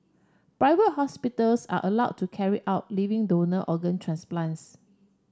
private hospitals are allowed to carry out living donor organ transplants